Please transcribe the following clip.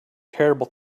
terrible